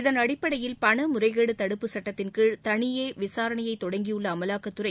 இதனடிப்படையில் பண முறைகேடு தடுப்புச் சட்டத்தின் கீழ் தனியே விசாரணையை தொடங்கயுள்ள அமலாக்கத்துறை